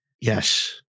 Yes